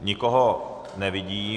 Nikoho nevidím.